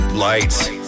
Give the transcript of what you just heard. Lights